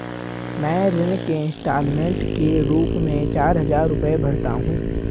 मैं ऋण के इन्स्टालमेंट के रूप में चार हजार रुपए भरता हूँ